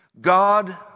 God